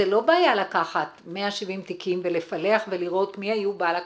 זו לא בעיה לקחת 170 תיקים ולפלח ולראות מי היו בעל הקרקע,